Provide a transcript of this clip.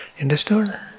Understood